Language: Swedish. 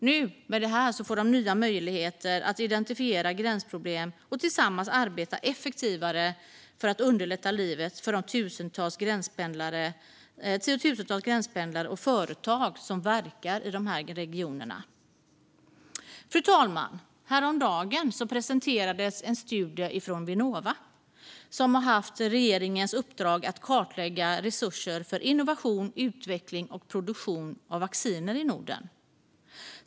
Nu får de nya möjligheter att identifiera gränsproblem och tillsammans arbeta effektivare för att underlätta livet för de tiotusentals gränspendlare och företag som verkar i dessa regioner. Fru talman! Häromdagen presenterades en studie från Vinnova som har haft regeringens uppdrag att kartlägga resurser för innovation, utveckling och produktion av vacciner i Norden.